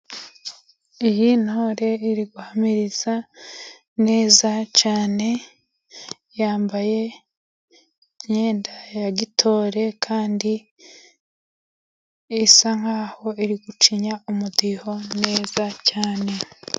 Iyi ntore iri guhamiriza neza cyane, yambaye imyenda ya gitore kandi isa nkaho iri gucinya umudiho neza cyane.